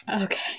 Okay